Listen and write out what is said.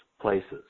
places